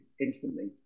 instantly